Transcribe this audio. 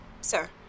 sir